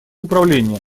управления